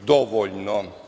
dovoljno pokazana